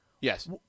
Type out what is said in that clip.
yes